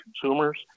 consumers